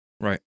Right